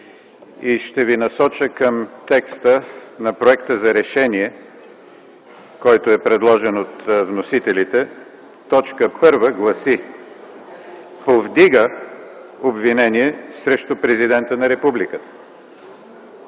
Ще ви насоча към текста на проекта за решение, който е предложен от вносителите. Точка 1 гласи: „Повдига обвинение срещу Президента на Републиката”.